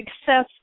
success